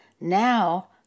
Now